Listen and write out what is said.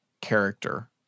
character